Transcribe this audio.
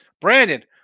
Brandon